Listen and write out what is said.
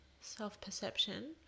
self-perception